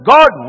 God